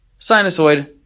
Sinusoid